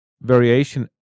variation